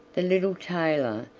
the little tailor,